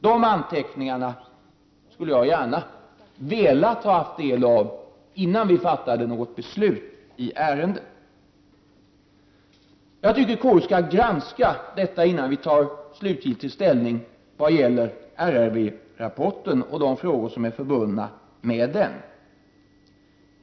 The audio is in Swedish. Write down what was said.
Dessa anteckningar skulle jag gärna velat ha fått ta del av innan utskottet fattade något beslut i ärendet. Jag tycker att KU skall granska detta innan utskottet slutgiltigt tar ställning när det gäller RRV-rapporten och de frågor som är förbundna med den.